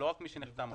לא רק מי שנחתם עכשיו.